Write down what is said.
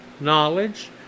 knowledge